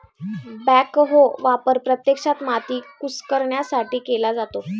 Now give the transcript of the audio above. backhoe वापर प्रत्यक्षात माती कुस्करण्यासाठी केला जातो